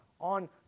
on